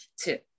two